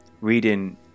reading